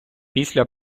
після